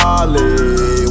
Ollie